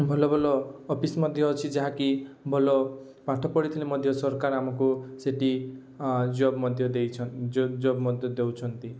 ଭଲ ଭଲ ଅଫିସ୍ ମଧ୍ୟ ଅଛି ଯାହାକି ଭଲ ପାଠ ପଢ଼ିଥିଲେ ମଧ୍ୟ ସରକାର ଆମକୁ ସେଠି ଜବ୍ ମଧ୍ୟ ଦେଇଛନ୍ତି ଜବ୍ ମଧ୍ୟ ଦେଉଛନ୍ତି